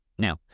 Now